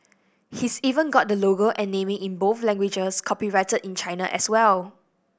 he's even got the logo and naming in both languages copyrighted in China as well